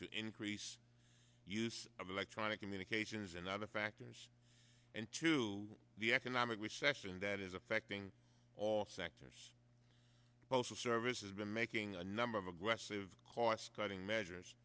to increase use of electronic communications and other factors into the economic recession that is affecting all sectors postal service has been making a number of aggressive cost cutting measures